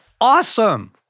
awesome